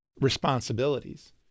responsibilities